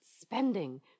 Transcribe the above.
spending